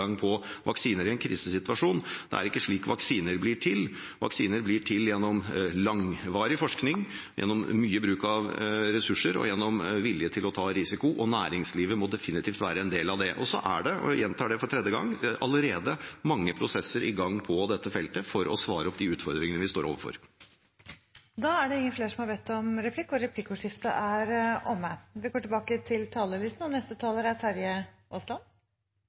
på vaksiner i en krisesituasjon. Det er ikke slik vaksiner blir til. Vaksiner blir til gjennom langvarig forskning, gjennom mye bruk av ressurser og gjennom vilje til å ta risiko, og næringslivet må definitivt være en del av det. Så er det – jeg gjentar det for tredje gang – allerede mange prosesser i gang på dette feltet for å svare på de utfordringene vi står overfor. Replikkordskiftet er omme. Jeg kunne fortsatt replikkordskiftet, men det er jo litt håpløst når man ikke får svar på de spørsmålene man stiller. Jeg er litt forundret over at Høyre og